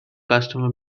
customer